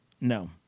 No